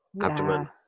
abdomen